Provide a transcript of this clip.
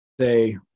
say